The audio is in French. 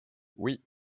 oui